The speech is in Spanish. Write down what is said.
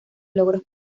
logros